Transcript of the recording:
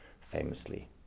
famously